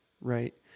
right